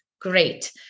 Great